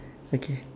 okay